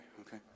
Okay